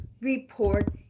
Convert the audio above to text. report